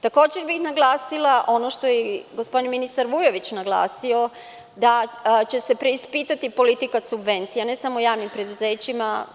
Takođe bih naglasila ono što je gospodin ministar Vujović naglasio, da će se preispitati politika subvencija ne samou javnim preduzećima.